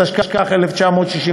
התשכ"ח 1968,